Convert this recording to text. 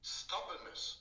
stubbornness